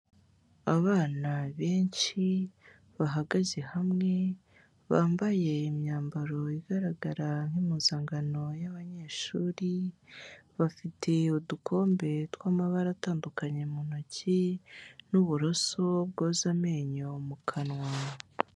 Abana benshi, bahagaze hamwe, bambaye imyambaro igaragara nk'impuzankano y'abanyeshuri, bafite udukombe twamabara atandukanye mu ntoki, n'uburoso bwoza amenyo mu kanwa.